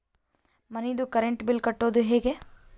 ಮನಿದು current bill ಕಟ್ಟೊದು ಹೇಗೆ?